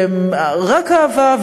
ורק אהבה,